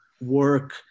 work